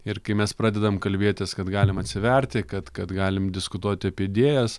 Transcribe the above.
ir kai mes pradedam kalbėtis kad galim atsiverti kad kad galim diskutuoti apie idėjas